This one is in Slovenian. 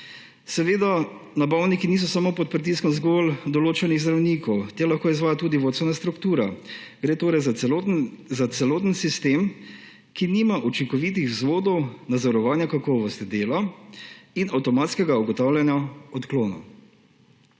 Seveda nabavniki niso samo pod pritiskom določenih zdravnikov, te lahko izvaja tudi vodstvena struktura. Gre torej za celoten sistem, ki nima učinkovitih vzvodov za zavarovanje kakovosti dela in avtomatskega ugotavljanja odklonov.